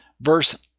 Verse